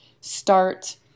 start